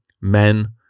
men